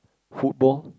football